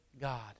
God